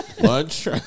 Lunch